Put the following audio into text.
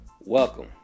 Welcome